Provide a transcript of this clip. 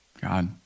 God